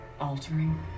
altering